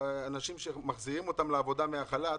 אנשים שמחזירים אותם לעבודה מהחל"ת,